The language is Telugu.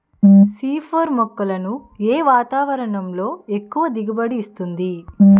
సి ఫోర్ మొక్కలను ఏ వాతావరణంలో ఎక్కువ దిగుబడి ఇస్తుంది?